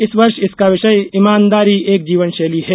इस वर्ष इसका विषय ईमानदारी एक जीवनशैली है